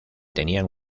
tenían